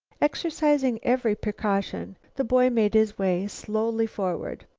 exercising every precaution, the boy made his way slowly forward.